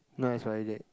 no expiry date